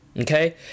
Okay